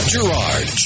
Gerard